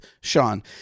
sean